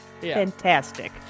Fantastic